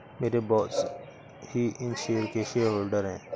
मेरे बॉस ही इन शेयर्स के शेयरहोल्डर हैं